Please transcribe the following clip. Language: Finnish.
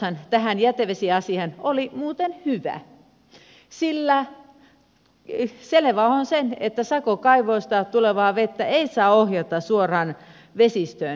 lähtöajatushan tähän jätevesiasiaan oli muuten hyvä sillä selvää on se että sakokaivoista tulevaa vettä ei saa ohjata suoraan vesistöön ja ojiin